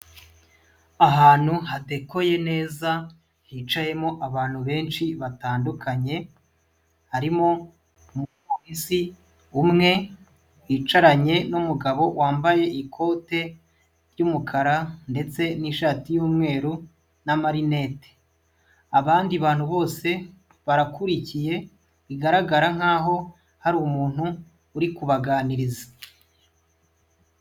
Ahantu hadekoye neza, hicayemo abantu benshi batandukanye, harimo umupolisi umwe yicaranye n'umugabo wambaye ikote ry'umukara ndetse n'ishati y'umweru n'amarinete. Abandi bantu bose barakurikiye igaragara nkaho ahari umuntu uri kubaganiriza.